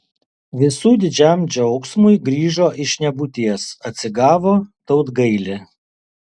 visų didžiam džiaugsmui grįžo iš nebūties atsigavo tautgailė